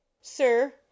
Sir